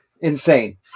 insane